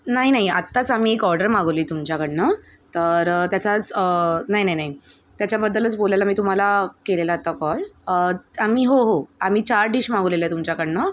नाही नाही आत्ताच आम्ही एक ऑर्डर मागवली तुमच्याकडून तर त्याचाच नाही नाही त्याच्याबद्दलच बोलायला मी तुम्हाला केलेला आता कॉल आम्ही हो हो आम्ही चार डिश मागवलेलं आहे तुमच्याकडून